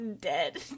dead